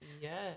Yes